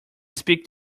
speak